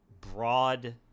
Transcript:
broad